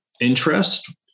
interest